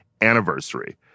anniversary